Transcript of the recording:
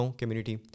community